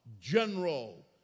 general